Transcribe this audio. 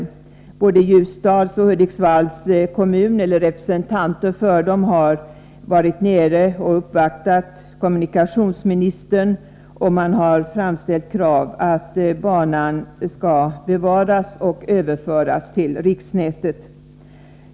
Representanter för både Ljusdals och Hudiksvalls kommuner har varit nere och uppvaktat kommunikationsministern och framställt krav på att banan skall bevaras och överföras till riksnätet.